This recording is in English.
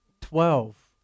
Twelve